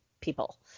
people